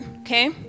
okay